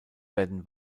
werden